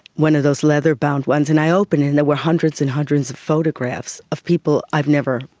one of those leather-bound ones, and i opened it and there were hundreds and hundreds of photographs of people i've never,